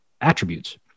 attributes